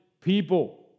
people